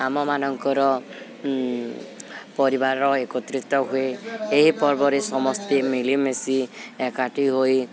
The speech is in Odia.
ଆମମାନାନଙ୍କର ପରିବାରର ଏକତ୍ରିତ ହୁଏ ଏହି ପର୍ବରେ ସମସ୍ତେ ମିଲିମିଶି ଏକାଠି ହୋଇ